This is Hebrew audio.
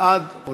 בבקשה, בעד או